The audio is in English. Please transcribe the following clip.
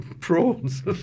prawns